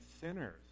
sinners